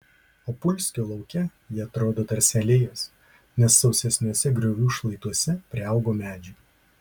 opulskio lauke jie atrodo tarsi alėjos nes sausesniuose griovių šlaituose priaugo medžių